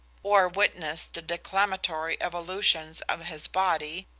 or witness the declamatory evolutions of his body,